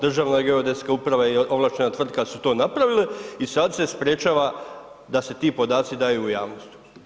Državna geodetska uprava i ovlaštena tvrtka su to sada napravile i sada se sprečava da se ti podaci daju u javnost.